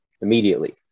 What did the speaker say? immediately